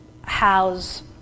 house